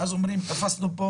ואז אומרים: תפסנו פה